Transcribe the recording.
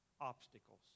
obstacles